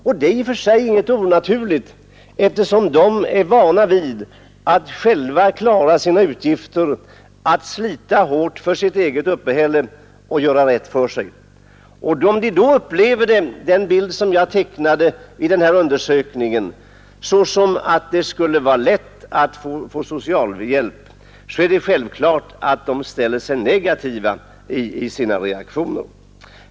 Detta är i och för sig ingenting onaturligt, eftersom de är vana vid att själva klara sina utgifter, att slita hårt för sitt eget uppehälle och göra rätt för sig. Om de då upplever den bild som jag tecknade i den här undersökningen så, att det skulle vara lätt att få socialhjälp, är det självklart att de ställer sig negativa i sina reaktioner.